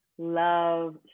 love